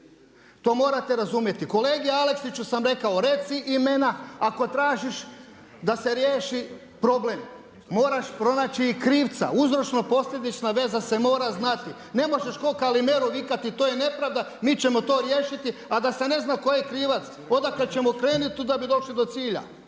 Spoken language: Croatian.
To morate razumjeti. Kolegi Aleksiću sam rekao, reci imena ako tražiš da se riješi problem. Moraš pronaći krivca, uzročno-posljedična veza se mora znati, ne možeš k'o Kalimero vikati to je nepravda, mi ćemo to riješiti a da se ne zna tko je krivac. Odakle ćemo krenuti da bi došli do cilja?